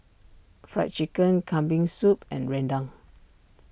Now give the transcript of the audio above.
Fried Chicken Kambing Soup and Rendang